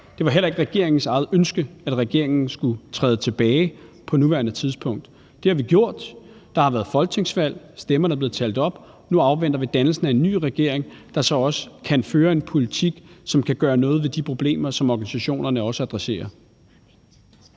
Det var heller ikke regeringens eget ønske, at regeringen skulle træde tilbage på nuværende tidspunkt. Det har vi gjort, der har været folketingsvalg, stemmerne er blevet talt op, og nu afventer vi dannelsen af en ny regering, der så kan føre en politik, som kan gøre noget ved de problemer, som organisationerne også adresserer.